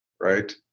right